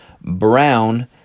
brown